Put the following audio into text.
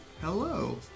Hello